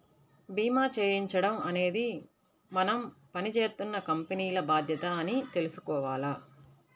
భీమా చేయించడం అనేది మనం పని జేత్తున్న కంపెనీల బాధ్యత అని తెలుసుకోవాల